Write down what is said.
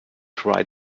try